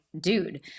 dude